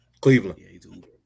Cleveland